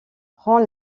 prend